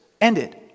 ended